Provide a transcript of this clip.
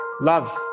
love